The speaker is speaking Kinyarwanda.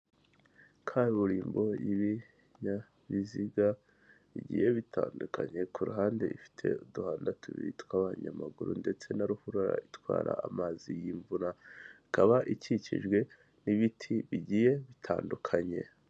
Kaburimbo y'ibinyabiziga bigiye bitandukanye, ku ruhande ifite uduhanda tubiri tw'abanyamaguru ndetse na ruhurura itwara amazi y'imvura. Ikaba ikikijwe n'ibiti bigiye bitandukanye.